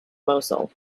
mosul